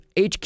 HQ